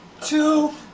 two